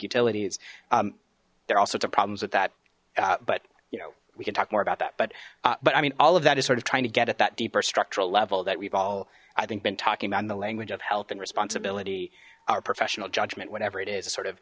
utilities there are all sorts of problems with that but you know we can talk more about that but but i mean all of that is sort of trying to get at that deeper structural level that we've all i think been talking about in the language of health and responsibility our professional judgment whatever it is sort of